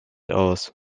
aus